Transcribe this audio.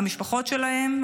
המשפחות שלהם,